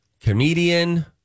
comedian